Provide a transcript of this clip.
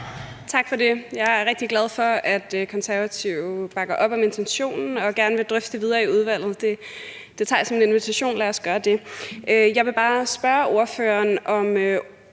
Tak for det. Jeg er rigtig glad for, at Konservative bakker op om intentionen og gerne vil drøfte det videre i udvalget. Det tager jeg som en invitation; lad os gøre det. Jeg vil bare spørge ordføreren om